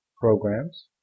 programs